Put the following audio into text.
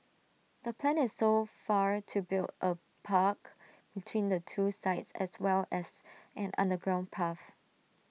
the plan is so far to build A park between the two sites as well as an underground path